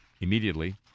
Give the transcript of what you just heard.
immediately